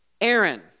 Aaron